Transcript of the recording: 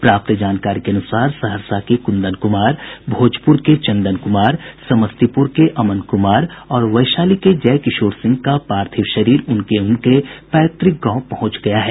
प्राप्त जानकारी के अनुसार सहरसा के कुंदन कुमार भोजपुर के चंदन कुमार समस्तीपुर के अमन कुमार और वैशाली के जय किशोर सिंह का पार्थिव शरीर उनके उनके पैतृक गांव पहुंच गया है